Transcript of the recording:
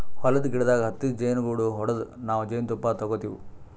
ಹೊಲದ್ದ್ ಗಿಡದಾಗ್ ಹತ್ತಿದ್ ಜೇನುಗೂಡು ಹೊಡದು ನಾವ್ ಜೇನ್ತುಪ್ಪ ತಗೋತಿವ್